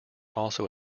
also